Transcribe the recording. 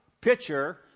pitcher